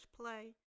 play